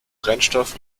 brennstoff